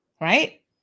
right